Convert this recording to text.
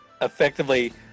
effectively